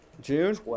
June